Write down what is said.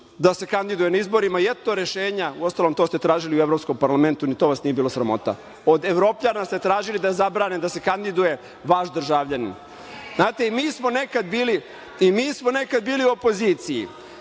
da se kandiduje na izborima i eto rešenja, uostalom, to ste tražili i u Evropskom parlamentu, ni to vas nije bilo sramota. Od Evropljana ste tražili da zabrane da se kandiduje vaš državljanin. Znate, i mi smo nekada bili u opoziciji